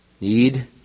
need